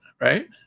right